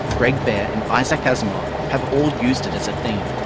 greg bear and isaac asimov have all used it as a theme.